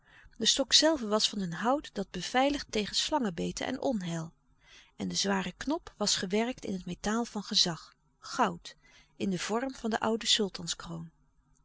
de stok zelve was van een hout dat beveiligt tegen slangenbeten en onheil en de zware knop was gewerkt in het metaal van gezag goud in den vorm van de oude sultans kroon